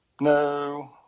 No